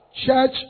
Church